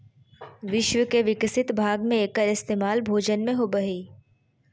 विश्व के विकसित भाग में एकर इस्तेमाल भोजन में होबो हइ